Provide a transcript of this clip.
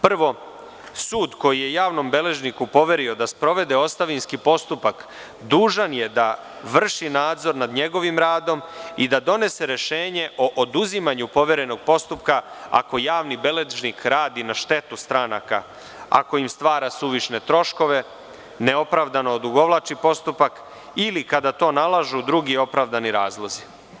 Prvo, sud koji je javnom beležniku poverio da sprovede ostavinski postupak dužan je da vrši nadzor nad njegovim radom i da donese rešenje o oduzimanju poverenog postupka ako javni beležnik radi na štetu stranaka, ako im stvara suvišne troškove, neopravdano odugovlači postupak ili kada to nalažu drugi opravdani razlozi.